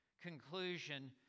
conclusion